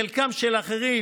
חלקם של אחרים,